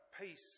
peace